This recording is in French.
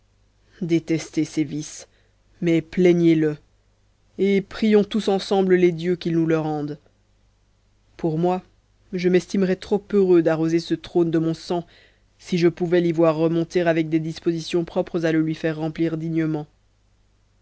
détestez ses vices mais plaignez le et prions tous ensemble les dieux qu'ils nous le rendent pour moi je m'estimerais trop heureux d'arroser ce trône de mon sang si je pouvais l'y voir remonter avec des dispositions propres à le lui faire remplir dignement